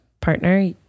partner